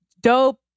dope